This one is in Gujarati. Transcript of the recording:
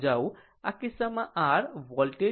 આમ આ કિસ્સામાં r આ voltage V Vm sin ω t છે